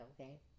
okay